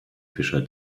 fischer